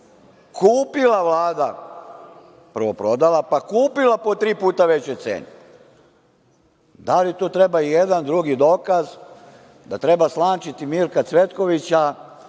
kupila Vlada, prvo prodala pa kupila po tri puta većoj ceni. Da li tu treba ijedan drugi dokaz da treba slančiti Mirka Cvetkovića